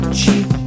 cheap